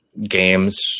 games